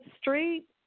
street